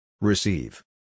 Receive